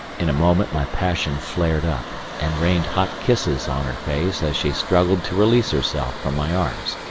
in a moment my passion flared up, and rained hot kisses on her face as she struggled to release herself from my arms.